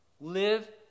live